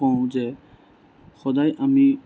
কম যে সদায় আমি